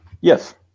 Yes